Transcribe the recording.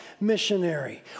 missionary